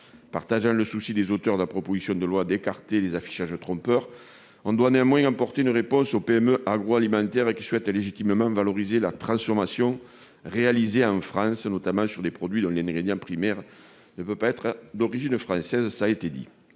partageant le souci des auteurs de la proposition de loi visant à écarter les affichages trompeurs, je considère qu'il convient néanmoins d'apporter une réponse aux PME agroalimentaires qui souhaitent légitimement valoriser la transformation réalisée en France, notamment sur des produits dont l'ingrédient primaire ne peut pas être d'origine française. C'est le